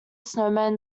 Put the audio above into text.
snowman